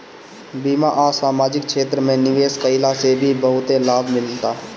बीमा आ समाजिक क्षेत्र में निवेश कईला से भी बहुते लाभ मिलता